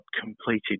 completed